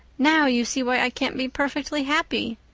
now you see why i can't be perfectly happy.